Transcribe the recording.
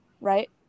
right